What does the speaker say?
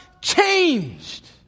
changed